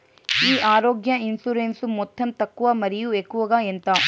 ఈ ఆరోగ్య ఇన్సూరెన్సు మొత్తం తక్కువ మరియు ఎక్కువగా ఎంత?